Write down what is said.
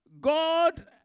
God